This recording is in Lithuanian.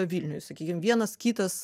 vilniui sakykim vienas kitas